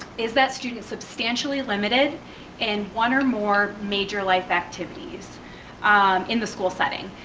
is that students substantially limited in one or more major life activities in the school setting.